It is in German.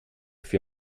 für